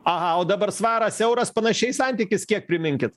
aha o dabar svaras euras panašiai santykis kiek priminkit